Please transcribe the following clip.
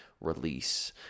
release